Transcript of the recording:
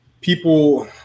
people